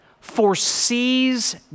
foresees